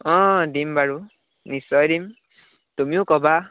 অঁ দিম বাৰু নিশ্চয় দিম তুমিও ক'বা